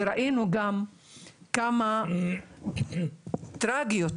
וראינו גם כמה טראגיות,